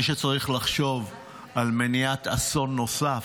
מי שצריך לחשוב על מניעת אסון נוסף,